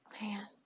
man